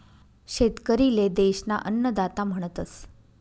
शेतकरी ले देश ना अन्नदाता म्हणतस